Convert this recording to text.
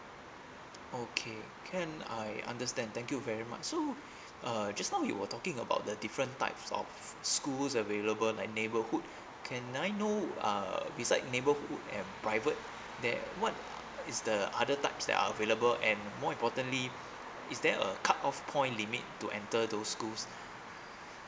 okay can I understand thank you very much so uh just now you were talking about the different types of schools available like neighbourhood can I know uh beside neighbourhood and private there what is the other types that are available and more importantly is there a cut off point limit to enter those schools